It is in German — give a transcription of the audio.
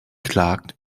klagt